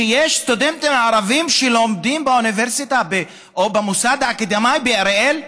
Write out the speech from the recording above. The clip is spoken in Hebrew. שיש סטודנטים ערבים שלומדים באוניברסיטה או במוסד האקדמי באריאל.